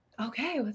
Okay